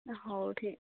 ହଉ ଠିକ୍